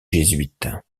jésuites